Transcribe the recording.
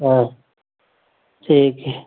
हाँ ठीक है